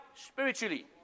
spiritually